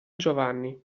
giovanni